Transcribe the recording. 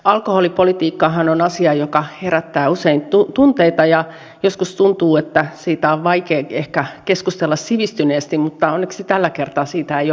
alkoholipolitiikkahan on asia joka herättää usein tunteita ja joskus tuntuu että siitä on ehkä vaikea keskustella sivistyneesti mutta onneksi tällä kertaa siitä ei ole huolta